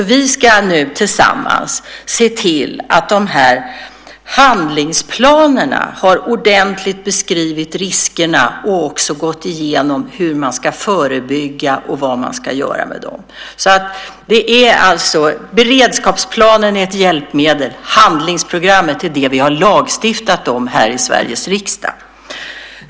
Vi ska nu tillsammans se till att handlingsplanerna ordentligt beskriver riskerna och att man har gått igenom hur man ska förebygga och vad man ska göra. Beredskapsplanen är alltså ett hjälpmedel medan handlingsprogrammet är det som vi har lagstiftat om här i Sveriges riksdag.